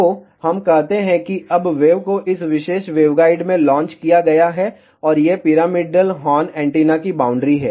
तो हम कहते हैं कि अब वेव को इस विशेष वेवगाइड में लॉन्च किया गया है और ये पिरामिडल हॉर्न एंटीना की बाउंड्री हैं